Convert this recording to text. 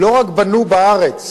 לא רק בנו בארץ